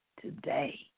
today